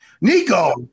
Nico